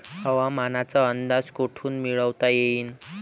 हवामानाचा अंदाज कोठून मिळवता येईन?